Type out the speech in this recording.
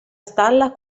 stalla